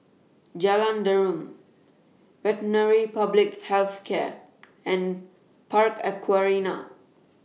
Jalan Derum Veterinary Public Health Centre and Park Aquaria